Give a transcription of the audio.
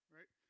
Right